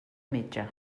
metge